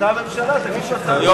אתה הממשלה, תגישו הצעה ותעשו את זה.